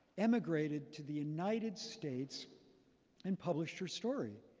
immigrated to the united states and published her story.